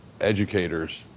educators